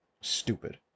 stupid